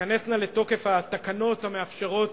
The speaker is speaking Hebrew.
תיכנסנה לתוקף התקנות המאפשרות